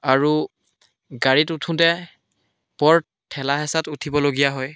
আৰু গাড়ীত উঠোতে বৰ ঠেলা হেঁচাত উঠিবলগীয়া হয়